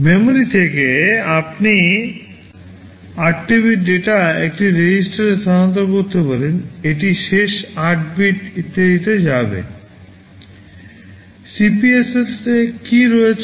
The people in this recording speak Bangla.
মেমরি থেকে আপনি 8 টি bit ডেটা একটি রেজিস্টারে স্থানান্তর করতে পারেন এটি শেষ 8 bit ইত্যাদিতে যাবে CPSRতে কী রয়েছে